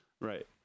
right